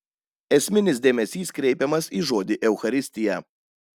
esminis dėmesys kreipiamas į žodį eucharistija